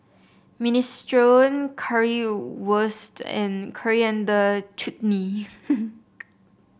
Minestrone Currywurst and Coriander Chutney